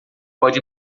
pode